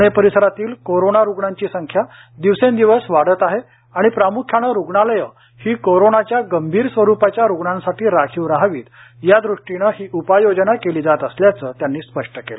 पुणे परिसरातील कोरोना रुग्णांची संख्या दिवसेंदिवस वाढत आहे आणि प्रामुख्यानं रुग्णालयं ही कोरोनाच्या गंभीर स्वरूपाच्या रुग्णांसाठी राखीव राहावीत यादृष्टीनं ही उपाय योजना केली जात असल्याचं त्यांनी स्पष्ट केलं